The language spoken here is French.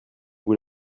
vous